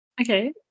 Okay